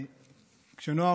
כשנעה,